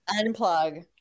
Unplug